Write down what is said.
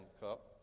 Cup